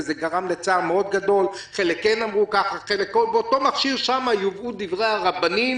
וזה גרם לצער מאוד גדול באותו מכשיר יובאו דברי הרבנים